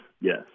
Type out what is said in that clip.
yes